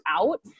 out